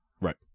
right